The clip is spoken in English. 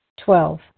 Twelve